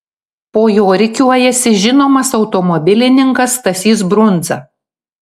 po jo rikiuojasi žinomas automobilininkas stasys brundza